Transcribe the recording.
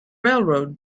railroad